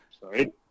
Sorry